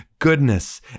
goodness